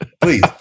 Please